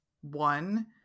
one